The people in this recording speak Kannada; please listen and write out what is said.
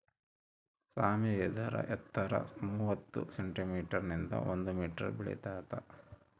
ಸಾಮೆ ಇದರ ಎತ್ತರ ಮೂವತ್ತು ಸೆಂಟಿಮೀಟರ್ ನಿಂದ ಒಂದು ಮೀಟರ್ ಬೆಳಿತಾತ